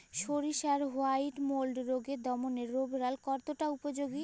সরিষার white mould রোগ দমনে রোভরাল কতটা উপযোগী?